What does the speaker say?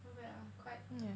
not bad ah quite